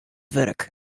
wurk